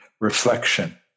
reflection